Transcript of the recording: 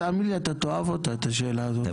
תאמין לי, אתה תאהב את השאלה הזאת אבל אני אחכה.